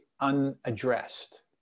unaddressed